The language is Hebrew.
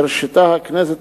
הרשתה הכנסת,